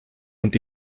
und